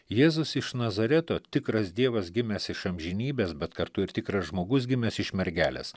jėzus iš nazareto tikras dievas gimęs iš amžinybės bet kartu ir tikras žmogus gimęs iš mergelės